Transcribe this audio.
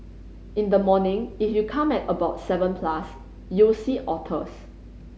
in the morning if you come at about seven plus you'll see otters